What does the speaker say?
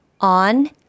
on